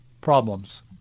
problems